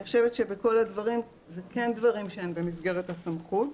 אני חושבת שכל הדברים האלה הם כן דברים שהם במסגרת הסמכות.